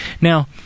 Now